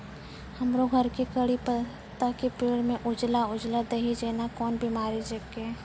हमरो घर के कढ़ी पत्ता के पेड़ म उजला उजला दही जेना कोन बिमारी छेकै?